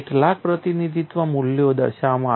કેટલાક પ્રતિનિધિત્વ મૂલ્યો દર્શાવવામાં આવ્યા છે